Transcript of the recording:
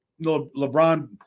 LeBron